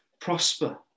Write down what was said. prosper